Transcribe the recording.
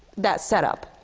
that set-up.